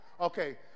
Okay